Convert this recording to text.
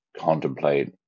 contemplate